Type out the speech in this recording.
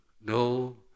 no